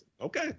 Okay